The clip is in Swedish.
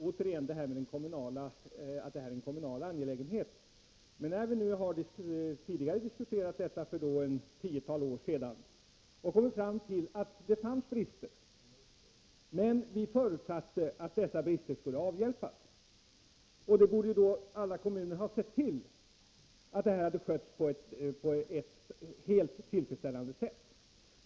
Herr talman! Jag ber att få hänvisa till det jag tidigare har sagt, jag vill inte upprepa det. Jag vill bara återigen påminna om att detta är en kommunal angelägenhet. När vi tidigare diskuterade detta, för ett tiotal år sedan, kom vi fram till att det fanns brister, men vi förutsatte att dessa brister skulle avhjälpas. Alla kommuner borde då ha sett till att detta sköttes på ett helt tillfredsställande sätt.